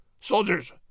Soldiers